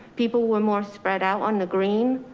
people were more spread out on the green